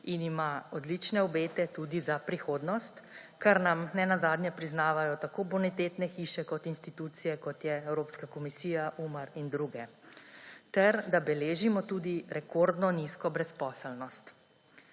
in ima odlične obete tudi za prihodnost, kar nam nenazadnje priznavajo tako bonitetne hiše kot institucije, kot je Evropska komisija, Umar in druge, ter da beležimo tudi rekordno nizko brezposelnost.